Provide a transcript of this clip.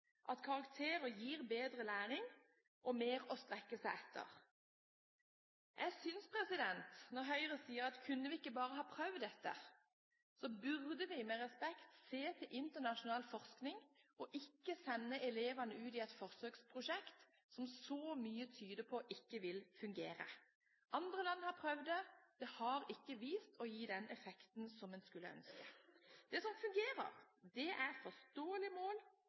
at karakterer gir bedre læring og mer å strekke seg etter. Når Høyre sier: Kunne vi ikke bare prøvd dette? Da burde vi med respekt se til internasjonal forskning og ikke sende elevene ut i et forsøksprosjekt som så mye tyder på ikke vil fungere. Andre land har prøvd det. Det har ikke vist seg å gi den effekten vi skulle ønske. Det som fungerer, er forståelige mål, klare kriterier, meningsfylte oppgaver og kontinuerlig faglig feedback. Vi mener det er